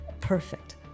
perfect